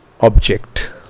object